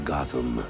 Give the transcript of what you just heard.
Gotham